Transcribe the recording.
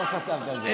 לא חשבת על זה.